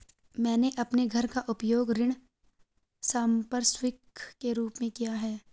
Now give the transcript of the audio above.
मैंने अपने घर का उपयोग ऋण संपार्श्विक के रूप में किया है